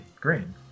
green